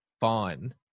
fine